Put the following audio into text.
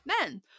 men